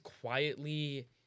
quietly